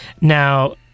now